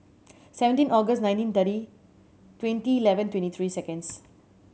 seventeen August nineteen thirty twenty eleven twenty three seconds